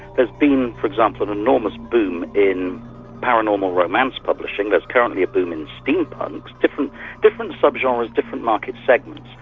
there's been for example, an enormous boom in paranormal romance publishing there's currently a boom in steampunk different different sub-genres, different market segments,